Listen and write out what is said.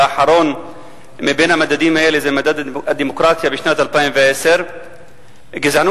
והאחרון בין המדדים האלה הוא מדד הדמוקרטיה בשנת 2010. הגזענות